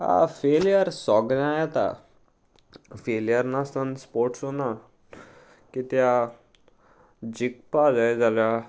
आ failure सगळ्यां येता failure नासतना स्पोर्ट्स ना कित्या जिखपा जाय जाल्यार